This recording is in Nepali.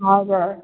हजुर